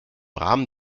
rahmen